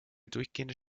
durchgehende